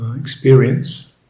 experience